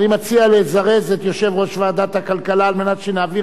אני מציע לזרז את יושב-ראש ועדת הכלכלה כדי שנעביר